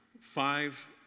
five